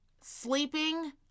Sleeping